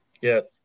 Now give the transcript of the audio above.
Yes